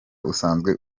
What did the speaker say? usanzwe